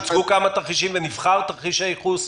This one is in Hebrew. שהוצבו כמה תרחישים ונבחר תרחיש הייחוס.